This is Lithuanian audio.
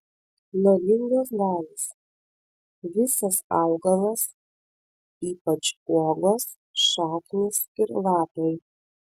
nuodingos dalys visas augalas ypač uogos šaknys ir lapai